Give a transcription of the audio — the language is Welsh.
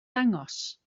dangos